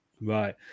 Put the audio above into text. right